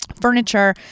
furniture